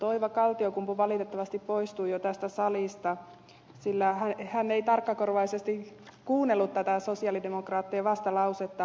oiva kaltiokumpu valitettavasti poistui jo tästä salista sillä hän ei tarkkakorvaisesti kuunnellut tätä sosialidemokraattien vastalausetta